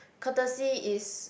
courtesy is